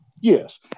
Yes